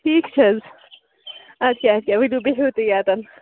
ٹھیٖک چھِ حظ اَدٕ کیٛاہ اَدٕ کیٛاہ ؤلِو بِہِو تُہۍ یَتٮ۪ن